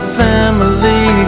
family